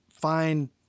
find